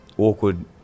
Awkward